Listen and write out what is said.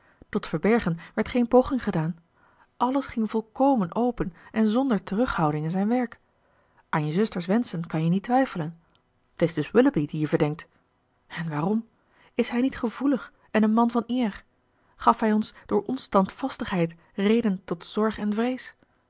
tot verbergen werd geen poging gedaan alles ging volkomen open en zonder terughouding in zijn werk aan je zuster's wenschen kan je niet twijfelen t is dus willoughby dien je verdenkt en waarom is hij niet gevoelig en een man van eer gaf hij ons door onstandvastigheid reden tot zorg en